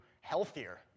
healthier